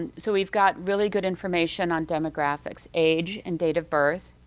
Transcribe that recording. and so we've got really good information on demographics age and date of birth,